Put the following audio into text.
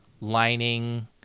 lining